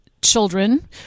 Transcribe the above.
Children